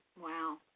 Wow